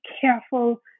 careful